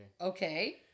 Okay